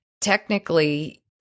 technically